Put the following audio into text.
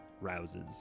rouses